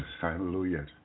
Hallelujah